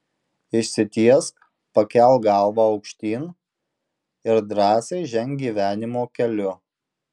išsitiesk pakelk galvą aukštyn ir drąsiai ženk gyvenimo keliu